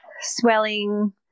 swelling